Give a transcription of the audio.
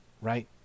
right